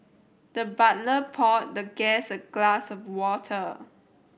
the butler poured the guest a glass of water